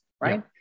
right